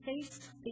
face